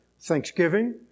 thanksgiving